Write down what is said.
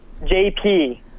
JP